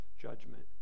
judgment